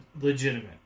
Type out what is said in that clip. legitimate